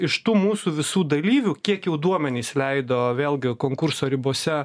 iš tų mūsų visų dalyvių kiek jau duomenys leido vėlgi konkurso ribose